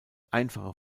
einfache